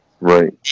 Right